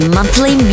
monthly